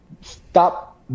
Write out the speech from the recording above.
stop